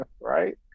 right